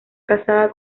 casada